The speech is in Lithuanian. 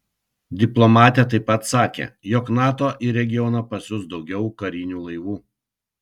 diplomatė taip pat sakė jog nato į regioną pasiųs daugiau karinių laivų